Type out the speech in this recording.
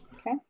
okay